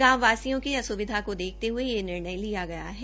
गांव वासियों की अस्विधा को देखते हये यह निर्णय लिया गया है